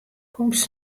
komst